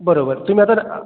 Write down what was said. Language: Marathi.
बरोबर तुम्ही आता